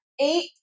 eight